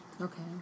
Okay